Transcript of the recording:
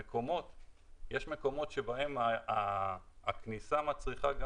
יש מקומות בהם הכניסה מצריכה את